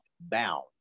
bound